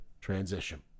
transition